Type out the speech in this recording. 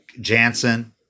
Jansen